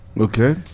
Okay